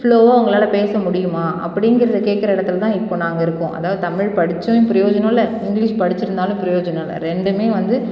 ஃப்ளோவாக உங்களால் பேச முடியுமா அப்படிங்கிறதை கேட்கற இடத்துல தான் இப்போ நாங்கள் இருக்கோம் அதாவது தமிழ் படித்தும் பிரயோஜனம் இல்லை இங்கிலீஷ் படிச்சுருந்தாலும் பிரயோஜனம் இல்லை ரெண்டுமே வந்து